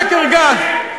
שקר גס.